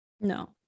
No